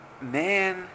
man